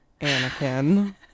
Anakin